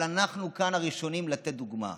אבל אנחנו כאן הראשונים לתת דוגמה.